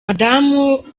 madamu